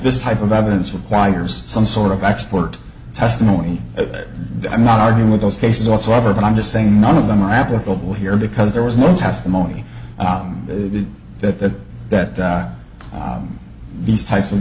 this type of evidence requires some sort of expert testimony that i'm not arguing with those cases whatsoever but i'm just saying none of them are applicable here because there was no testimony out there that that these types of